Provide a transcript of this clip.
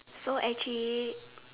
so actually